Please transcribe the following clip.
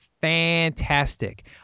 fantastic